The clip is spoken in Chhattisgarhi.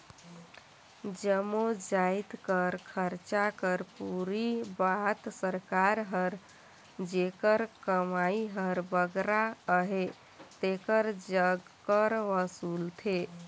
जम्मो जाएत कर खरचा कर पूरती बर सरकार हर जेकर कमई हर बगरा अहे तेकर जग कर वसूलथे